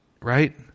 right